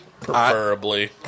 Preferably